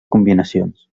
combinacions